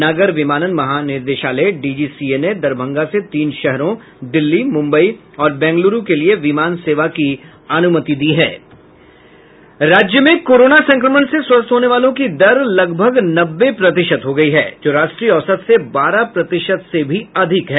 नागर विमानन महानिदेशालय डीजीसीए ने दरभंगा से तीन शहरों दिल्ली मुम्बई और बेंगलुरू के लिये विमान सेवा की अनुमति दी है राज्य में कोरोना संक्रमण से स्वस्थ होने वालों की दर लगभग नब्बे प्रतिशत हो गई है जो राष्ट्रीय औसत से बारह प्रतिशत से भी अधिक है